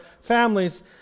families